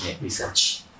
research